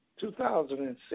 2006